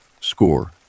score